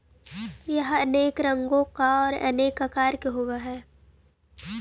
यह अनेक रंगों का और अनेक आकार का होव हई